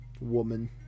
woman